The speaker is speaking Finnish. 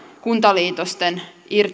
kuntaliitosten